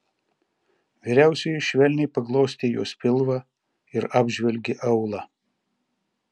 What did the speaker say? vyriausioji švelniai paglostė jos pilvą ir apžvelgė aulą